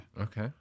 Okay